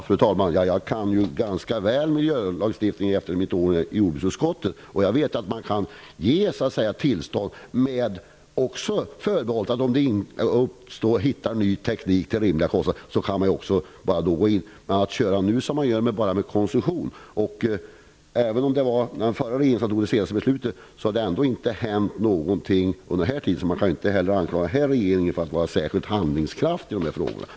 Fru talman! Efter mina år i jordbruksutskottet kan jag miljölagstiftningen ganska väl. Jag vet att man kan ge tillstånd med ett förbehåll om att man kan gå in och ändra tillståndet om det kommer fram ny teknik till rimliga kostnader. Det hade varit bättre än att bara använda sig av koncession. Även om det var den förra regeringen som fattade beslutet har det ändå inte hänt någonting. Så man kan ju inte säga att den här regeringen är särskilt handlingskraftig när det gäller den här frågan.